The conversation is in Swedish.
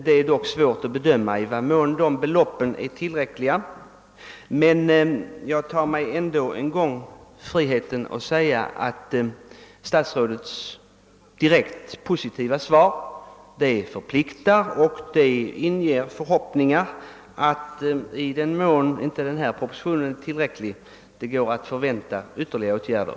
Det är svårt att bedöma huruvida beloppen är tillräckliga, men jag understryker att statsrådets direkt positiva svar i dag förpliktar och inger förhoppningar om att i den mån de i propositionen föreslagna åtgärderna inte är tillräckliga kan vi förvänta ytterligare åtgärder.